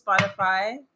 Spotify